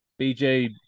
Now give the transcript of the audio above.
BJ